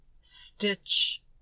stitch